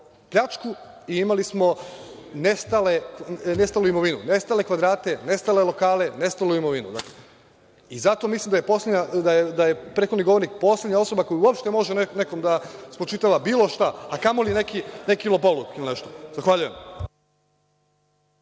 pljačku i imali smo nestalu imovinu, nestale kvadrate, nestale lokale, nestalu imovinu. Zato mislim da je prethodni govornik poslednja osoba koja uopšte može nekome da spočitava bilo šta, a kamoli neki lopovluk. Zahvaljujem.